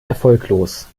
erfolglos